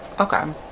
okay